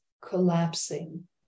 collapsing